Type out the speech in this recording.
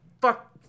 fuck